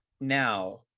now